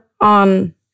on